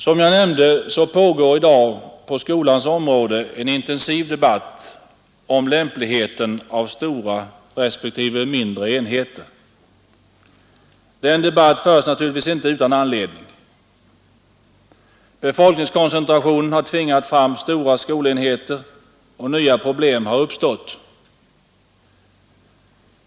Som jag nämnde pågår i dag på skolans område en intensiv debatt om lämpligheten av stora respektive mindre enheter. Den debatten förs naturligtvis inte utan anledning. Befolkningskoncentrationen har tvingat fram stora skolenheter, och nya problem har uppstått.